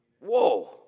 Whoa